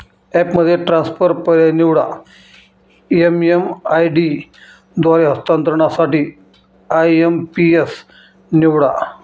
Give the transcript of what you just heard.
ॲपमध्ये ट्रान्सफर पर्याय निवडा, एम.एम.आय.डी द्वारे हस्तांतरणासाठी आय.एम.पी.एस निवडा